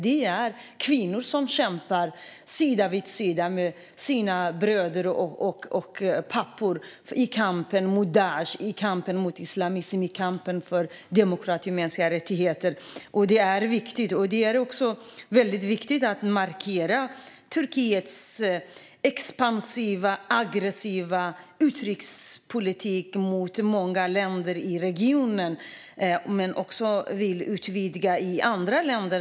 Det är kvinnor som kämpar sida vid sida med sina bröder och pappor i kampen mot Daish och islamism och för demokrati och mänskliga rättigheter. Det är viktigt. Det är också väldigt viktigt att markera mot Turkiets expansiva och aggressiva utrikespolitik mot många länder i regionen. Det vill också utvidga sin politik i andra länder.